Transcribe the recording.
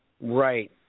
Right